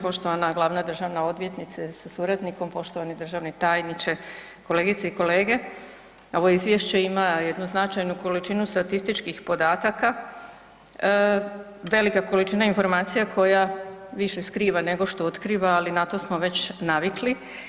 Poštovana glavna državna odvjetnice sa suradnikom, poštovani državni tajniče, kolegice i kolege, ovo izvješće ima jednu značajnu količinu statističkih podataka, velika količina informacija koja više skriva nego što otkriva, ali na to smo već navikli.